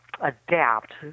adapt